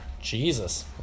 Jesus